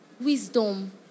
Wisdom